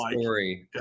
story